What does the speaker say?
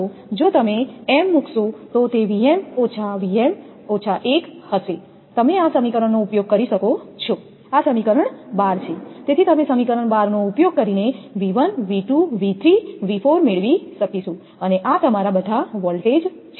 જો તમે m મૂકશો તો તે Vm Vm 1 હશે તમે આ સમીકરણ નો ઉપયોગ કરી શકો છો આ સમીકરણ 12 તેથી તમે સમીકરણ 12 નો ઉપયોગ કરી ને v1 v2 v3 v4 મેળવી શકીશું અને આ તમારા બધા વોલ્ટેજ છે